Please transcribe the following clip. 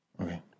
Okay